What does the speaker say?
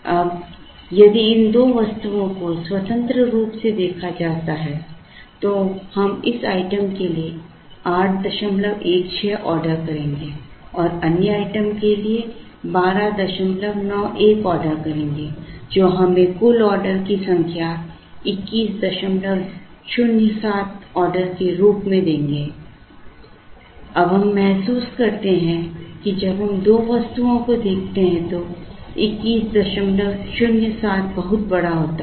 अब यदि इन दो वस्तुओं का स्वतंत्र रूप से देखा जाता है तो हम इस आइटम के लिए 816 ऑर्डर करेंगे और अन्य आइटम के लिए 1291 ऑर्डर करेंगे जो हमें कुल ऑर्डर की संख्या 2107 ऑर्डर के रूप में देंगे अब हम महसूस करते हैं कि जब हम दो वस्तुओं को देखते हैं तो 2107 बहुत बड़ा होता है